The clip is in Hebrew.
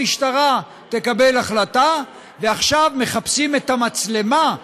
המשטרה תקבל החלטה, ועכשיו מחפשים את המצלמה.